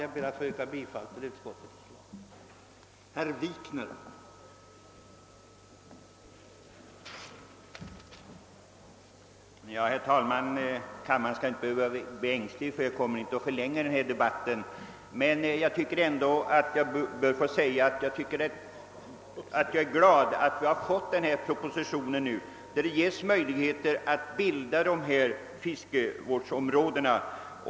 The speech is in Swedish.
Jag ber att få yrka bifall till tredje lagutskottets hemställan i utlåtande nr 32.